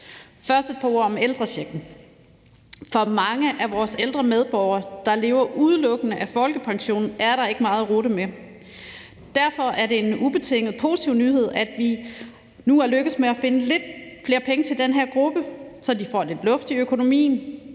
Først et par ord om ældrechecken. For mange af vores ældre medborgere, der lever udelukkende af folkepension, er der ikke meget rutte med. Derfor er det en ubetinget positiv nyhed, at vi nu er lykkedes med at finde lidt flere penge til den her gruppe, så de får lidt luft i økonomien.